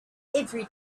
every